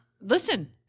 listen